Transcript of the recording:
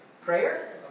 Prayer